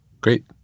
Great